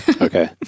Okay